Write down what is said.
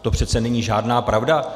To přece není žádná pravda.